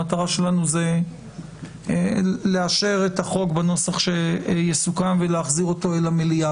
המטרה שלנו זה לאשר את החוק בנוסח שיסוכם ולהחזיר אותו אל המליאה.